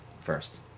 first